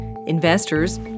Investors